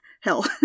hell